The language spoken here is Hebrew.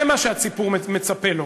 זה מה שהציבור מצפה לו.